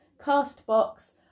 Castbox